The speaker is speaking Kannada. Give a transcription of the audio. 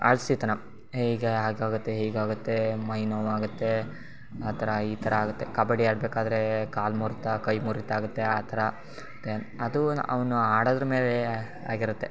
ಆಲ್ಸಿತನ ಹೀಗೆ ಹಾಗಾಗತ್ತೆ ಹೀಗಾಗುತ್ತೆ ಮೈ ನೋವಾಗುತ್ತೆ ಆ ಥರ ಈ ಥರ ಆಗುತ್ತೆ ಕಬಡ್ಡಿ ಆಡಬೇಕಾದ್ರೆ ಕಾಲು ಮುರಿತ ಕೈ ಮುರಿತ ಆಗುತ್ತೆ ಆ ಥರ ಮತ್ತು ಅದು ಅವನು ಆಡೋದ್ರ ಮೇಲೆ ಆಗಿರುತ್ತೆ